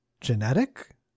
genetic